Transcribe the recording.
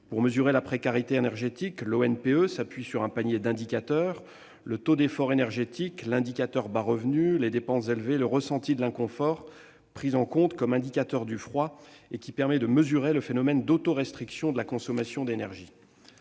Pour mesurer la précarité énergétique, l'ONPE s'appuie sur un panier d'indicateurs : le taux d'effort énergétique, l'indicateur bas revenus et les dépenses élevées, mais aussi le ressenti de l'inconfort, qui est pris en compte comme indicateur du froid et permet de mesurer le phénomène d'autorestriction de la consommation d'énergie.